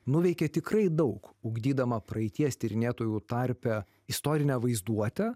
nuveikė tikrai daug ugdydama praeities tyrinėtojų tarpe istorinę vaizduotę